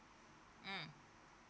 mm